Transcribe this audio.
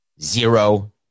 zero